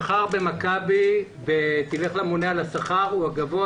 השכר במכבי, לך לממונה על השכר, הוא הגבוה